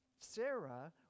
Sarah